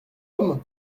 homme